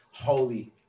holy